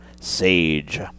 Sage